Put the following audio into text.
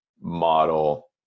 model